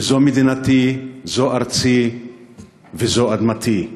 שזו מדינתי, זו ארצי וזו אדמתי.